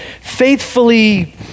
faithfully